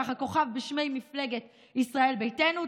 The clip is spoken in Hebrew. כוכב בשמי מפלגת ישראל ביתנו.